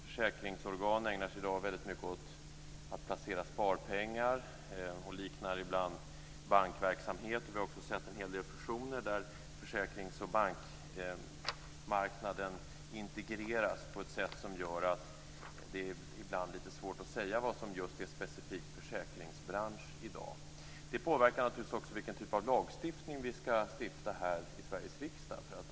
Försäkringsorgan ägnar sig i dag väldigt mycket åt att placera sparpengar, vilket ibland liknar bankverksamhet. Vi har också kunnat se en hel del fusioner där försäkrings och bankmarknaden integreras på ett sätt som gör att det i dag ibland är lite svårt att säga vad som är specifikt just för försäkringsbranschen. Detta påverkar naturligtvis också vilken typ av lagstiftning som vi skall genomföra i Sveriges riksdag.